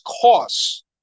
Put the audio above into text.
costs